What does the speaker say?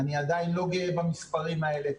אני עדיין לא גאה במספרים האלה.